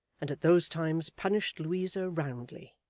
and at those times punished louisa roundly.